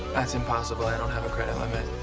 that's impossible. i don't have a credit limit.